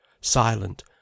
Silent